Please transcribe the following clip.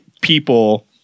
people